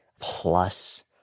plus